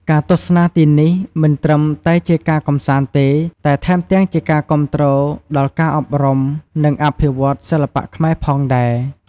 ការទស្សនាទីនេះ មិនត្រឹមតែជាការកម្សាន្តទេ តែថែមទាំងជាការគាំទ្រដល់ការអប់រំ និងអភិវឌ្ឍន៍សិល្បៈខ្មែរផងដែរ។